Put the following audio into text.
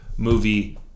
movie